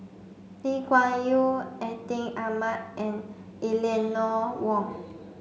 Lee Kuan Yew Atin Amat and Eleanor Wong